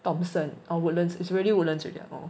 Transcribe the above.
thomson or woodlands is really woodlands already ah oh